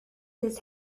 this